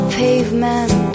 pavement